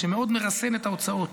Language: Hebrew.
שמאוד מרסן את ההוצאות.